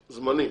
זמני,